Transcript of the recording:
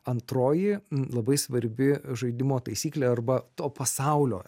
antroji labai svarbi žaidimo taisyklė arba to pasaulio